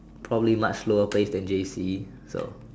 probably much slower pace than J_C so